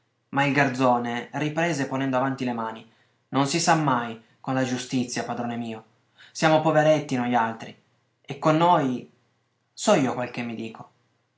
ma il garzone riprese ponendo avanti le mani non si sa mai con la giustizia padrone mio siamo poveretti nojaltri e con noi so io